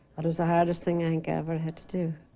what was the hardest thing hank ever had to do